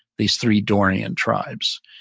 these three dorian tribes.